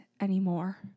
anymore